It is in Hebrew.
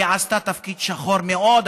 היא עשתה תפקיד שחור מאוד,